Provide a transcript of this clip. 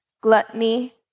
gluttony